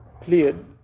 cleared